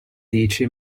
dici